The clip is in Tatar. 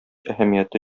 әһәмияте